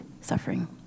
suffering